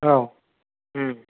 औ